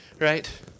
right